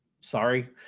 sorry